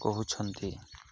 କହୁଛନ୍ତି